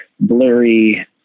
blurry